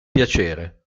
piacere